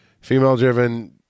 female-driven